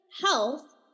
health